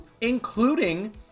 including